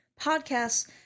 podcasts